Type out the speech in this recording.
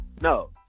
No